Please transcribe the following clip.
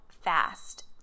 fast